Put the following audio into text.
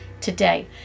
today